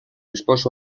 esposo